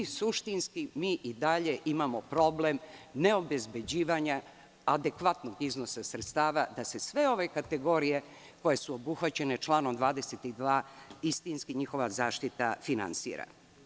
Suštinski, mi i dalje imamo problem neobezbeđivanja adekvatnih iznosa sredstava da se sve ove kategorije koje su obuhvaćene članom 22. istinski njihova zaštita finansira.